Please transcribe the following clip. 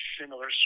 similar